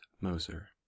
Moser